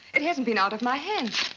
it hasn't been out of my hands.